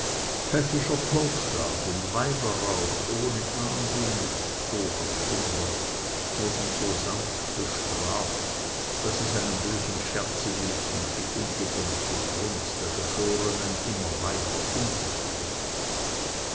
pfäffischer totschlag und weiberraub ohne ahndung oder schlimmer noch wurden so sanft bestraft daß es einem bösen scherze glich und die ungedämpfte brunst der geschorenen immer weiter um sich griff